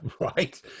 Right